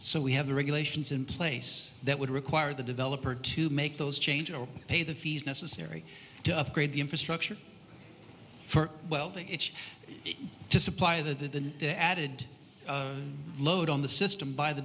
so we have the regulations in place that would require the developer to make those changes or pay the fees necessary to upgrade the infrastructure for welding it's to supply there than the added load on the system by the